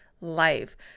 Life